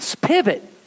pivot